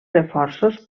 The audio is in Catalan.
reforços